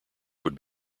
would